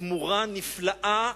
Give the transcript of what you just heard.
תמורה נפלאה,